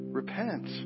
repent